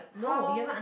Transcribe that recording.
how